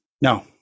no